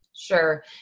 Sure